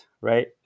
right